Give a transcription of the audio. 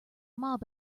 mob